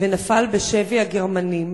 ונפל בשבי הגרמנים,